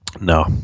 no